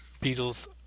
Beatles